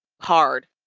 hard